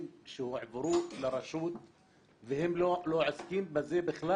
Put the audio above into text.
הועברו לרשות והם לא עוסקים בזה בכלל.